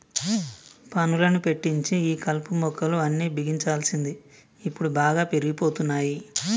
పనులను పెట్టించి ఈ కలుపు మొక్కలు అన్ని బిగించాల్సింది ఇప్పుడు బాగా పెరిగిపోతున్నాయి